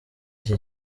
iki